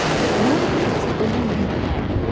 but what if that's all you had?